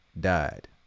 died